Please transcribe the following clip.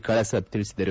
ಕಳಸದ್ ತಿಳಿಸಿದರು